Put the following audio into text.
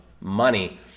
money